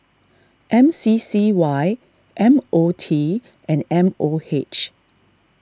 M C C Y M O T and M O H